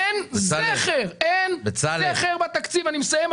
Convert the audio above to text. אין זכר אין זכר בתקציב ואני מסיים,